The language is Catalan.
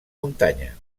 muntanya